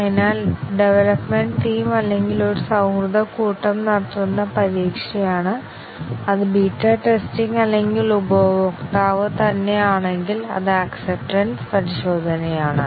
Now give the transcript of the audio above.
അതിനാൽ development team അല്ലെങ്കിൽ ഒരു സൌഹൃദ കൂട്ടം നടത്തുന്ന പരീക്ഷയാണ് അത് ബീറ്റ ടെസ്റ്റിംഗ് അല്ലെങ്കിൽ ഉപഭോക്താവ് തന്നെ ആണെങ്കിൽ അത് ആക്സപ്പ്ടെൻസ് പരിശോധനയാണ്